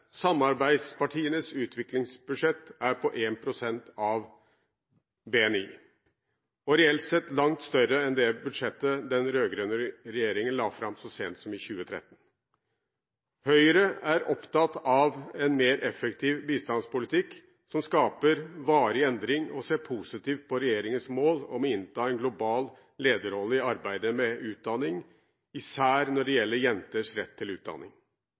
Samarbeidspartienes utviklingsbudsjett er på 1 pst. av BNI og reelt sett langt større enn det budsjettet den rød-grønne regjeringen la fram så sent som for 2013. Høyre er opptatt av en mer effektiv bistandspolitikk som skaper varig endring, og ser positivt på regjeringens mål om å innta en global lederrolle i arbeidet med utdanning, især når det gjelder jenters rett til utdanning.